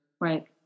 Right